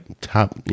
top